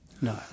No